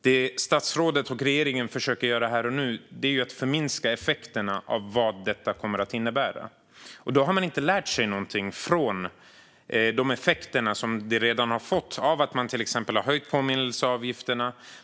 Det som statsrådet och regeringen försöker göra här och nu är att förminska effekterna av vad detta kommer att innebära. Då har man inte lärt sig någonting av de effekter som det redan har fått av att man till exempel har höjt påminnelseavgifterna.